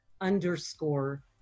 underscore